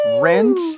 rent